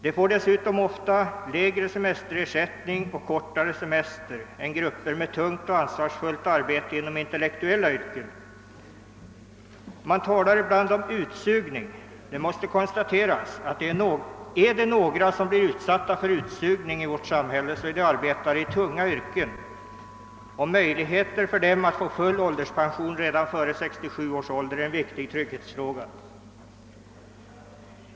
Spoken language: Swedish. De får dessutom inte sällan mindre semesterersättning och kortare semester än grupper med tungt och ansvarsfullt arbete inom intellektuella yrken. Man talar ibland om utsugning. Det måste konstateras, att är det några som blir utsugna i vårt samhälle så är det arbetare i tunga yrken. Möjligheten för dem att få full ålderspension redan före 67 års ålder är en viktig trygghetsfråga.